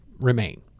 remain